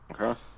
Okay